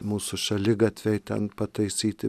mūsų šaligatviai ten pataisyti